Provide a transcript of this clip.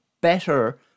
better